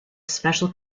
special